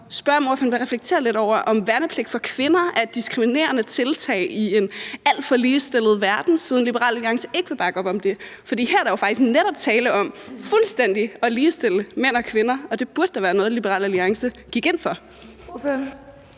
om hun kunne reflektere lidt over, om værnepligt for kvinder er et diskriminerende tiltag i en alt for ligestillet verden, siden Liberal Alliance ikke vil bakke op om det. For her er der jo faktisk netop tale om fuldstændig at ligestille mænd og kvinder, og det burde da være noget, som Liberal Alliance gik ind for.